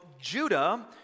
Judah